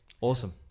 awesome